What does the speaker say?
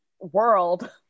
World